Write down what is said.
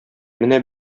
менә